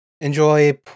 enjoy